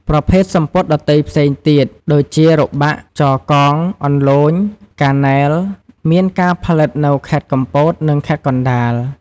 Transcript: ប្រភេទសំពត់ដ៏ទៃផ្សេងទៀតដូចជា របាក់ ចរកង អន្លូញ កានែល មានការផលិតនៅ ខេត្តកំពត និងខេត្តកណ្តាល។